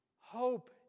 Hope